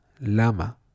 lama